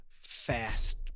fast